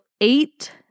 eight